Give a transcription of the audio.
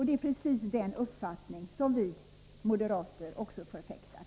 Det är precis den uppfattning vi moderater också förfäktar.